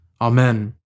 Amen